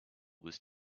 was